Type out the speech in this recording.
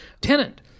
tenant